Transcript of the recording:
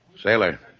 Sailor